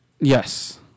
Yes